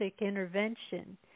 intervention